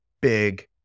big